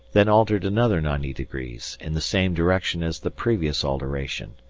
then altered another ninety degrees, in the same direction as the previous alteration,